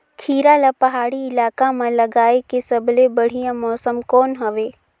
खीरा ला पहाड़ी इलाका मां लगाय के सबले बढ़िया मौसम कोन हवे?